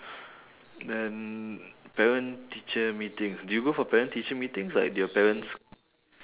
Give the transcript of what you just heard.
then parent teacher meetings did you go for parent teacher meetings like did your parents